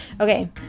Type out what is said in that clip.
okay